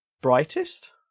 Brightest